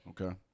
Okay